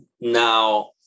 now